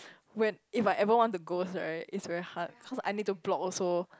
when if I ever want to go right is very hard cause I need to block also